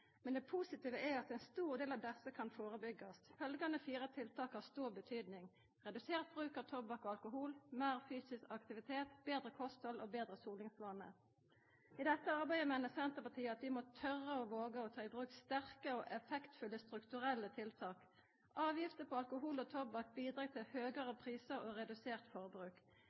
Men det positive er at ein stor del av desse kan førebyggjast. Følgjande fire tiltak har stor betydning: redusert bruk av tobakk og alkohol meir fysisk aktivitet betre kosthald betre solingsvanar I dette arbeidet meiner Senterpartiet at vi må våga å ta i bruk sterke og effektfulle strukturelle tiltak. Avgifter på alkohol og tobakk bidreg til høgare priser og redusert forbruk.